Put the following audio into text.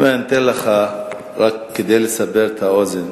אם אני אתן לך דוגמה בשכר, רק כדי לסבר את האוזן: